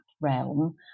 realm